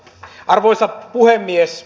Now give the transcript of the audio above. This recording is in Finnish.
arvoisa puhemies